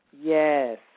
Yes